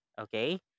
Okay